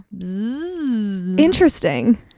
Interesting